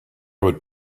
would